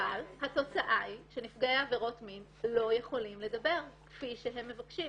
אבל התוצאה היא שנפגעי עבירות מין לא יכולים לדבר כפי שהם מבקשים.